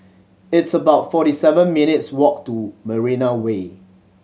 it's about forty seven minutes' walk to Marina Way